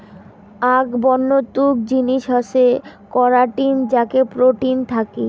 আক বন্য তুক জিনিস হসে করাটিন যাতে প্রোটিন থাকি